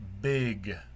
big